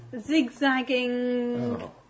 zigzagging